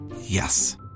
Yes